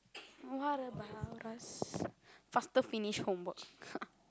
what about us faster finish homework